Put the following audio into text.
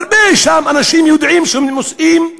הרבה אנשים שם יודעים שהם נושאים את